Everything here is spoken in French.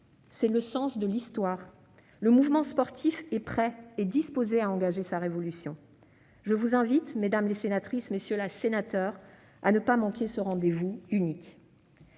est le sens de l'histoire ; le mouvement sportif est prêt, il est disposé à engager sa révolution. Je vous invite donc, mesdames les sénatrices, messieurs les sénateurs, à ne pas manquer ce rendez-vous unique.